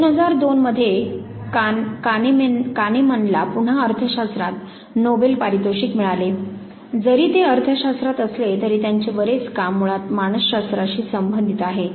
2002 मध्ये कानेमनला पुन्हा अर्थशास्त्रात नोबेल परितोषिक मिळाले जरी ते अर्थशास्त्रात असले तरी त्यांचे बरेच काम मुळात मानसशास्त्रशी संबंधित आहे